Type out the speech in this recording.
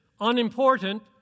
unimportant